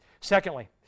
Secondly